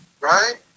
right